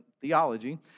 theology